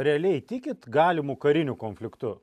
realiai tikit galimu kariniu konfliktu